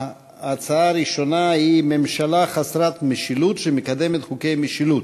ההצעה הראשונה היא: ממשלה חסרת משילות שמקדמת חוקי משילות,